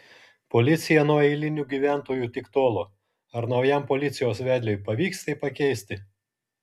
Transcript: policija nuo eilinių gyventojų tik tolo ar naujam policijos vedliui pavyks tai pakeisti